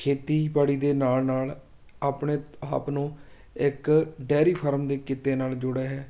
ਖੇਤੀਬਾੜੀ ਦੇ ਨਾਲ ਨਾਲ ਆਪਣੇ ਆਪ ਨੂੰ ਇੱਕ ਡੇਅਰੀ ਫਾਰਮ ਦੇ ਕਿੱਤੇ ਨਾਲ ਜੋੜਿਆ ਹੈ